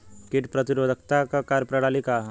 कीट प्रतिरोधकता क कार्य प्रणाली का ह?